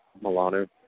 Milano